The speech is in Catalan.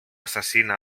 assassina